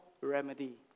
remedy